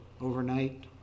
overnight